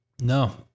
No